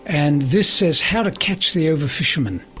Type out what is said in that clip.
and this says how to catch the overfishermen.